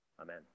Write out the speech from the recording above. Amen